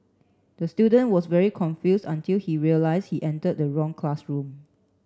the student was very confused until he realise he entered the wrong classroom